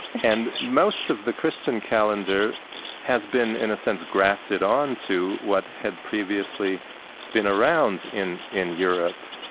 and most of the christian calendar has been, in a sense, grafted onto what had previously been around in in europe,